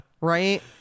Right